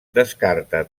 descarta